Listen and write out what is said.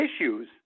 issues